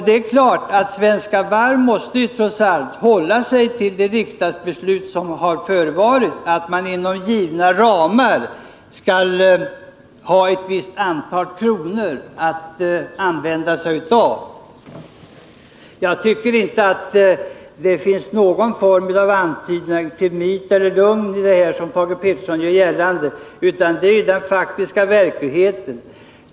Det är klart att Svenska Varv trots allt måste hålla sig till det riksdagsbeslut som har fattats, nämligen att man har ett visst antal kronor, inom givna ramar, att använda. Det finns inte, tycker jag, någon antydan till myt eller lögn i detta sammanhang, såsom Thage Peterson gör gällande, utan detta är den faktiska verkligheten.